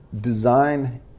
design